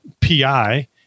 PI